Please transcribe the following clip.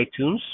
iTunes